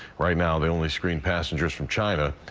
right now they only screen passengers from china.